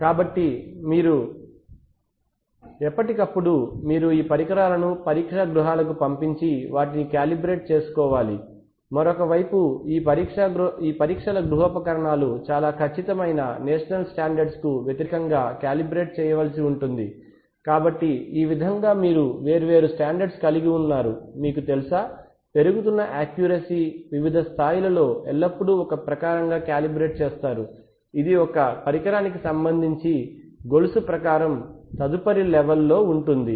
కాబట్టి మీరు ఎప్పటికప్పుడు మీరు ఈ పరికరాలను పరీక్షా గృహాలకు పంపించి వాటిని కాలిబ్రేట్ చేసుకోవాలి మరోవైపు ఈ పరీక్షల గృహోపకరణాలు చాలా ఖచ్చితమైన నేషనల్ స్టాండర్డ్స్ కు వ్యతిరేకంగా కాలిబ్రేట్ చేయవలసి ఉంటుంది కాబట్టి ఈ విధంగా మీరు వేరు వేరు స్టాండర్డ్స్ కలిగి ఉన్నారు మీకు తెలుసా పెరుగుతున్న యాక్యురసీ వివిధ స్థాయిలలో ఎల్లప్పుడూ ఒక ప్రకారంగా కాలిబ్రేట్ చేస్తారు ఇది ఒక పరికరానికి సంబంధించి గొలుసు ప్రకారం తదుపరి లెవెల్ లోఉంటుంది